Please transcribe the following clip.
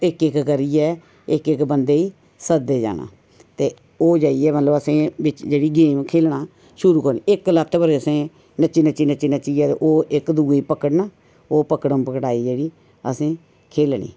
इक इक करियै इक इक बंदे गी सददे जाना ते ओह् जाइयै मतलब असेंगी बिच्च जेह्ड़ी गेम खेलना शुरू करनी इक लत्त पर असें नच्ची नच्चियै इक दुए गी पकड़ना ओह् पकड़न पकड़ाई जेह्ड़ी असें खेलनी